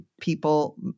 people